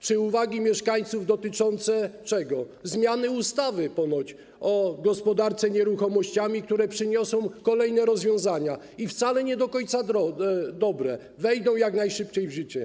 Czy uwagi mieszkańców dotyczące zmian w ustawie o gospodarce nieruchomościami, które przyniosą kolejne rozwiązania, wcale nie do końca dobre, które wejdą jak najszybciej w życie.